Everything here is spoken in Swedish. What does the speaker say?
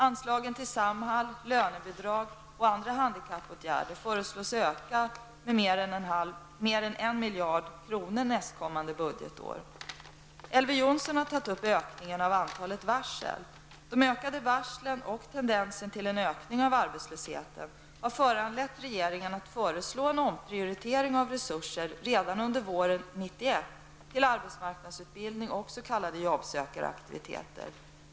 Anslagen till Samhall, lönebidrag och andra handikappåtgärder föreslås öka med mer än en miljard kronor nästkommande budgetår. Elver Jonsson har tagit upp ökningen av antalet varsel. De ökade varslen och tendens till en ökning av arbetslösheten har föranlett regeringen att föreslå en omprioritering av resurser redan under våren 1991 till arbetsmarknadsutbildning och s.k. jobb-sökar-aktiviteter.